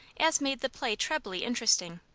as made the play trebly interesting.